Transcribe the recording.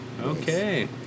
okay